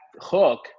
hook